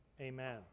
amen